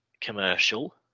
commercial